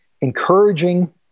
encouraging